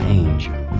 angel